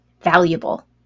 valuable